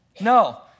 No